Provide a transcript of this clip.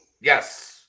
Yes